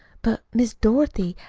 but, miss dorothy,